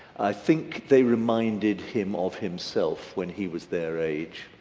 i think they reminded him of himself when he was their age,